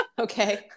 Okay